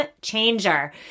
changer